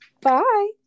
Bye